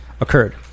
occurred